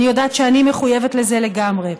אני יודעת שאני מחויבת לזה לגמרי.